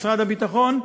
משרד הביטחון,